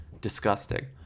Disgusting